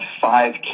five